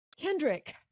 Kendrick